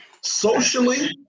socially